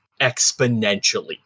exponentially